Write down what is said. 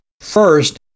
First